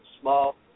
small